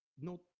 No –